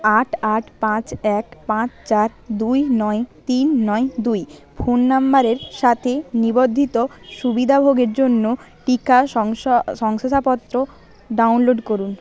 আট আট পাঁচ এক পাঁচ চার দুই নয় তিন নয় দুই ফোন নম্বারের সাথে নিবন্ধিত সুবিধাভোগীর জন্য টিকা শংস শংশাপত্র ডাউনলোড করুন